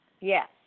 Yes